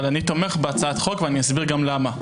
אני תומך בהצעת החוק, ואני אסביר גם למה.